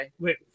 Wait